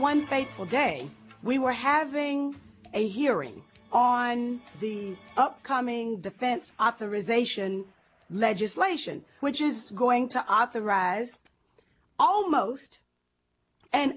one fateful day we were having a hearing on the upcoming defense authorization legislation which is going to authorize almost an